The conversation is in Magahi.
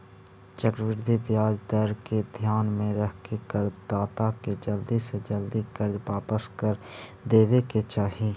चक्रवृद्धि ब्याज दर के ध्यान में रखके करदाता के जल्दी से जल्दी कर्ज वापस कर देवे के चाही